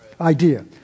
idea